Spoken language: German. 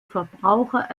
verbraucher